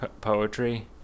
Poetry